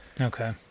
Okay